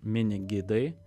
mini gidai